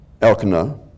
Elkanah